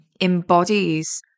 embodies